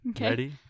ready